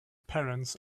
parents